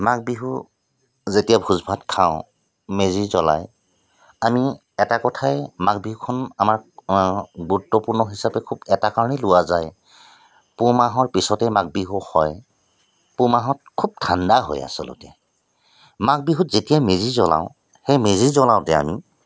মাঘ বিহু যেতিয়া ভোজ ভাত খাওঁ মেজি জ্বলাই আমি এটা কথাই মাঘ বিহুখন আমাৰ গুৰুত্বপূৰ্ণ হিচাপে খুব এটা কাৰণেইও লোৱা যায় পুহ মাহৰ পাছতেই মাঘ বিহু হয় পুহ মাহত খুব ঠাণ্ডা হয় আচলতে মাঘ বিহুত যেতিয়া মেজি জ্বলাও সেই মেজি জ্বলাওতে আমি